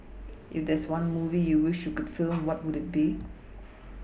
if there is one movie you wished you can film what would it be